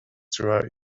throughout